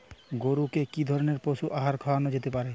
গরু কে কি ধরনের পশু আহার খাওয়ানো যেতে পারে?